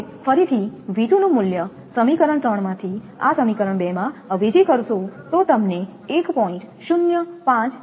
હવે ફરીથી નું મૂલ્ય સમીકરણ 3 માંથી આ સમીકરણ 2માં અવેજી કરશો તો તમને 1